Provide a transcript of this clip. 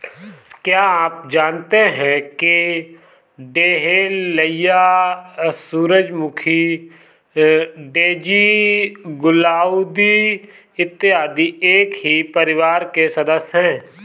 क्या आप जानते हैं कि डहेलिया, सूरजमुखी, डेजी, गुलदाउदी इत्यादि एक ही परिवार के सदस्य हैं